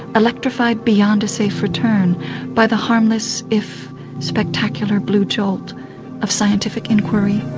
electrified beyond a safe return by the harmless, if spectacular, blue jolt of scientific enquiry.